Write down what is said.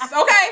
Okay